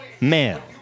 male